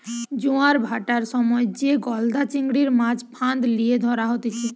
জোয়ার ভাঁটার সময় যে গলদা চিংড়ির, মাছ ফাঁদ লিয়ে ধরা হতিছে